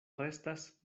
restas